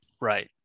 Right